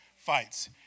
fights